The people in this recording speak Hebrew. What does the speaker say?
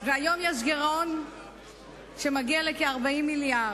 והיום יש גירעון שמגיע לכ-40 מיליארד.